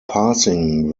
passing